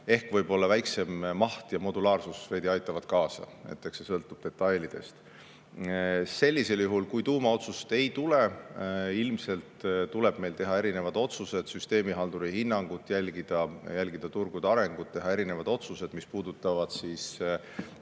Ehk võib-olla väiksem maht ja modulaarsus veidi aitavad kaasa. Eks see sõltub detailidest. Sellisel juhul, kui tuumaotsust ei tule, ilmselt tuleb meil jälgida süsteemihalduri hinnangut ja turgude arengut ning teha otsused, mis puudutavad